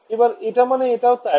এবার এটা মানে এটাও তাই